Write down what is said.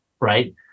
right